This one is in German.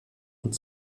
und